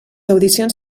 audicions